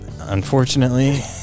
unfortunately